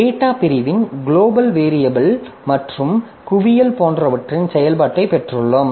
data பிரிவின் global variable மற்றும் குவியல் போன்றவற்றின் செயல்பாட்டை பெற்றுள்ளோம்